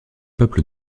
peuple